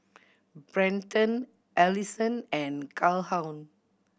Brenton Alyson and Calhoun